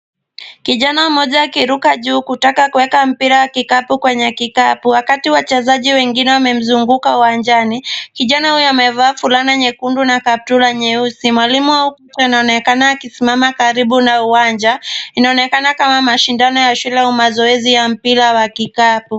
Kijana mmoja akiruka juu kutaka kuweka mpira wa kikapu kwenye kikapu, wakati wachezaji wengine wamemuzunguka uwanjani. Kijana huyu amevaa fulana nyekundu na kaptula nyeusi. Mwalimu wao anaonekana amesimama karibu na uwanja inaonekana kama mashindano ya shule au mazoezi ya mpira wa kikapu.